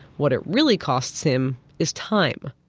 what it really costs him, is time.